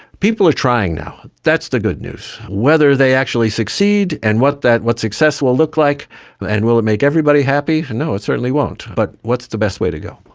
people are trying now, that's the good news. whether they actually succeed and what that success will look like and will it make everybody happy? no, it certainly won't. but what's the best way to go?